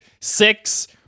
six